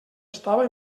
estava